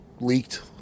leaked